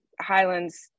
Highlands